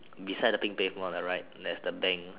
beside the pink pavement on the right there's the bank